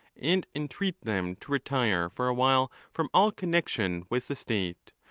and entreat them to retire for a while from all connexion with the state,